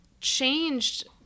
changed